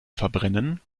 verbrennen